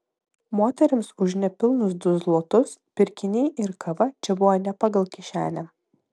moterims už nepilnus du zlotus pirkiniai ir kava čia buvo ne pagal kišenę